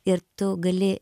ir tu gali